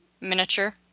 miniature